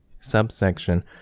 Subsection